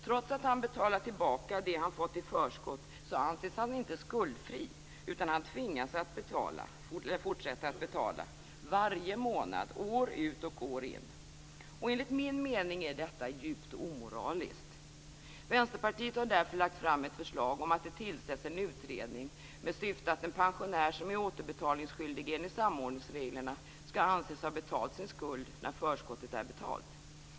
Trots att han betalt tillbaka det han fått i förskott anses han inte skuldfri utan tvingas fortsätta att betala varje månad, år ut och år in. Enligt min mening är detta djupt omoraliskt. Vänsterpartiet har därför lagt fram ett förslag om att det tillsätts en utredning med syfte att en pensionär som är återbetalningsskyldig enligt samordningsreglerna skall anses ha betalt sin skuld när förskottet är betalt.